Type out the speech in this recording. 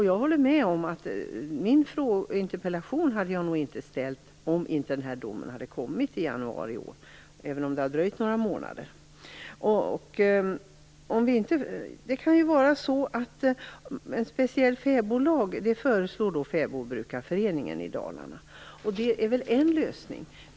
Jag håller med om att jag nog inte hade ställt min interpellation om domen inte hade kommit i januari i år, även om det har dröjt några månader. Fäbodbrukarföreningen i Dalarna föreslår en speciell fäbodlag. Det är väl en lösning.